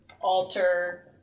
alter